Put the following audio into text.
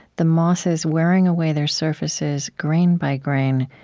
the mosses wearing away their surfaces grain by grain,